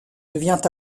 devient